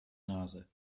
nase